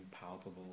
palpable